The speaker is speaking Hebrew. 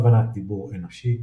הבנת דיבור אנושי,